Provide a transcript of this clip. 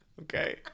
Okay